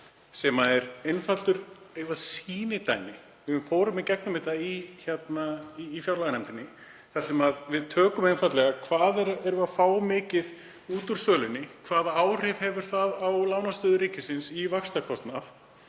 sem er einfaldur, eitthvert sýnidæmi. Við fórum í gegnum þetta í fjárlaganefndinni þar sem við spurðum einfaldlega: Hvað erum við að fá mikið út úr sölunni? Hvaða áhrif hefur það á lánastöðu ríkisins og vaxtakostnað